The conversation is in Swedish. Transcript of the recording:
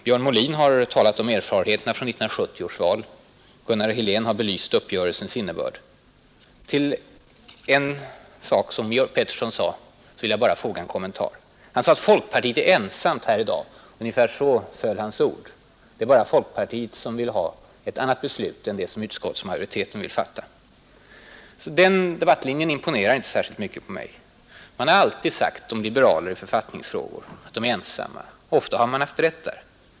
Björn Molin har talat om erfarenheterna från 1970 års val och Gunnar Helén har belyst uppgörelsens innebörd. Till en sak som Georg Pettersson sade vill jag bara foga en kommentar. Hans ord föll ungefär så att folkpartiet är ensamt här i dag om att vilja ha ett annat beslut än det som utskottsmajoriteten föreslår. Den debattlinjen imponerar inte särskilt mycket på mig. Man har alltid sagt om liberaler i författningsfrågor att de är ensamma, och man har ofta haft rätt i detta avseende.